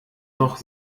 noch